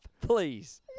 please